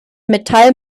metall